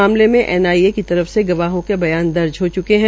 मामले में एनआईए की तर फ से गवाहों के बयान दर्ज हो च्के है